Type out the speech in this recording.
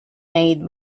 made